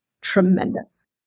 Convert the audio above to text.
Tremendous